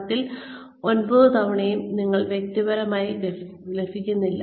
10 ൽ 9 തവണയും നിങ്ങൾക്ക് വ്യക്തിപരമായി ലഭിക്കുന്നില്ല